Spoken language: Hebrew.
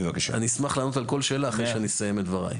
אני אשמח לענות על כל שאלה אחרי שאסיים את דבריי.